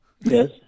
Yes